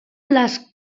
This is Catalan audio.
les